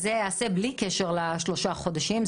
אז זה ייעשה בלי קשר לשלושה חודשים,